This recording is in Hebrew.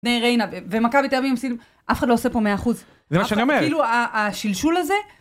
ומכבי תל אביב אף אחד לא עושה פה מאה אחוז. זה מה שאני אומרת. כאילו השלשול הזה.